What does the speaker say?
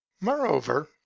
Moreover